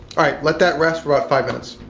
alright, let that rest for about five minutes.